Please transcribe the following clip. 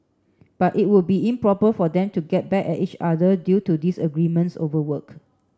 but it would be improper for them to get back at each other due to disagreements over work